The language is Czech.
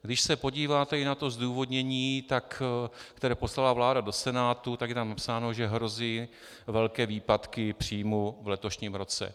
Když se podíváte i na to zdůvodnění, které poslala vláda do Senátu, je tam napsáno, že hrozí velké výpadky příjmů v letošním roce.